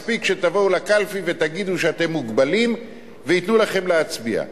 מספיק שתבואו לקלפי ותגידו שאתם מוגבלים וייתנו לכם להצביע.